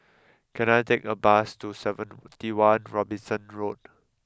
can I take a bus to seventy one Robinson Road